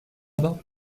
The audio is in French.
bas